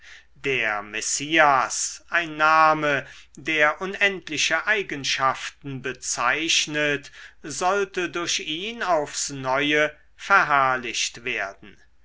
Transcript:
der messias ein name der unendliche eigenschaften bezeichnet sollte durch ihn aufs neue verherrlicht werden